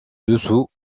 dessous